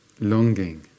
Longing